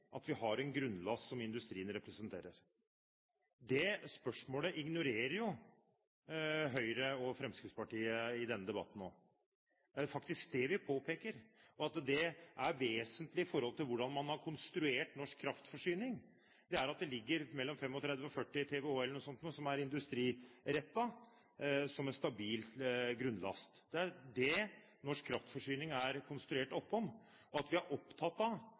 at vi har en grunnlast som industrien representerer? Det spørsmålet ignorerer jo Høyre og Fremskrittspartiet i denne debatten nå. Det er faktisk det vi påpeker, og det som er vesentlig i forhold til hvordan man har konstruert norsk kraftforsyning, er at det ligger mellom 35 og 40 TWh som er industrirettet som en stabil grunnlast. Det er det norsk kraftforsyning er konstruert opp om, og at vi er opptatt av